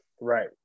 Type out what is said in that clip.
Right